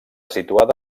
situada